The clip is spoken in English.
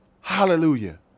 Hallelujah